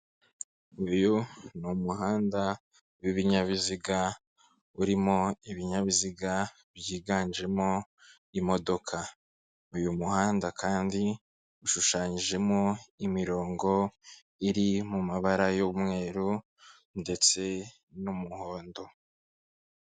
Uyu ni umuhanda w'ibinyabiziga, urimo ibinyabiziga byiganjemo imodoka, uyu muhanda kandi ushushanyijemo imirongo iri mu mabara y'umweru ndetse n'umuhondo.